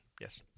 yes